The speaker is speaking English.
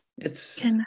It's-